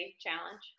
challenge